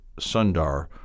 Sundar